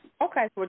Okay